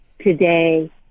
today